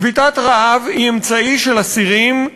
שביתת רעב היא אמצעי של אסירים,